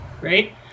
right